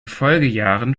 folgejahren